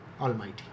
Almighty